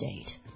state